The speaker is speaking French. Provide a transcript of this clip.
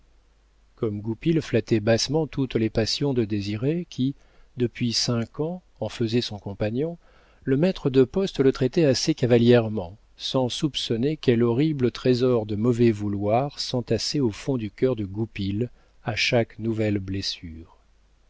comme goupil flattait bassement toutes les passions de désiré qui depuis cinq ans en faisait son compagnon le maître de poste le traitait assez cavalièrement sans soupçonner quel horrible trésor de mauvais vouloirs s'entassait au fond du cœur de goupil à chaque nouvelle blessure